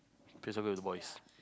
the boys